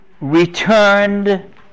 returned